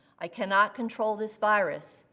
i cannot control this virus,